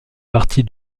partie